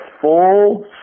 full